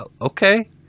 okay